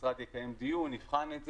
המשרד יקיים דיון, יבחן את זה.